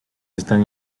están